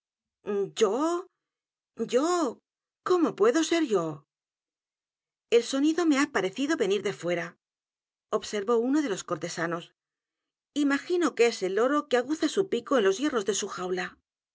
yo yo cómo puedo ser yo el sonido me h a parecido venir de fuera o b s e r v a uno de los c o r t e s a n o s imagino que es el loro qu aguza su pico en los hierrbs de su jaula